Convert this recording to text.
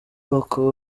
bakaba